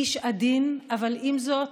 איש עדין, אבל עם זאת,